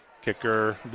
Kicker